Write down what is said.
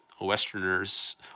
Westerners